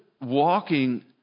walking